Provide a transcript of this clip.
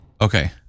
Okay